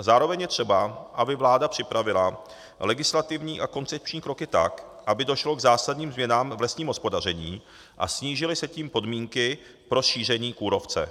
Zároveň je třeba, aby vláda připravila legislativní a koncepční kroky tak, aby došlo k zásadním změnám v lesním hospodaření a snížily se tím podmínky pro šíření kůrovce.